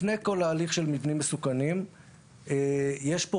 לפני כל ההליך של מבנים מסוכנים יש כאן